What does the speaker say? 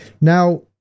Now